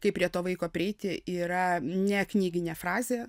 kaip prie to vaiko prieiti yra ne knyginė frazė